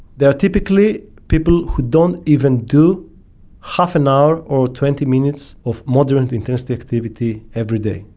they are typically people who don't even do half an hour or twenty minutes of moderate intensity activity every day,